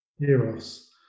Eros